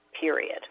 period